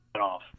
off